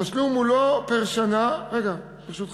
התשלום הוא לא פר שנה, רגע, ברשותך,